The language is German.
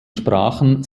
sprachen